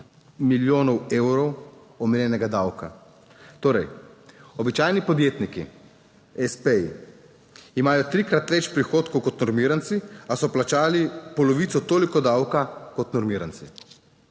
milijonov evrov omenjenega davka. Torej, običajni podjetniki espeji, imajo trikrat več prihodkov kot normiranci, a so plačali polovico toliko davka kot normiranci.